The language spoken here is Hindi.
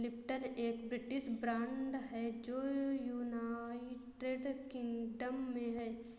लिप्टन एक ब्रिटिश ब्रांड है जो यूनाइटेड किंगडम में है